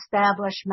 establishment